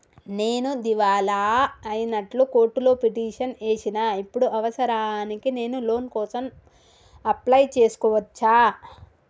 నేను దివాలా అయినట్లు కోర్టులో పిటిషన్ ఏశిన ఇప్పుడు అవసరానికి నేను లోన్ కోసం అప్లయ్ చేస్కోవచ్చా?